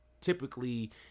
typically